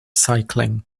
cycling